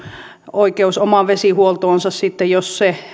oikeus omaan vesihuoltoonsa sitten jos se